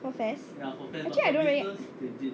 profess actually I don't really